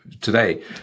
today